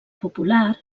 popular